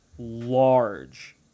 Large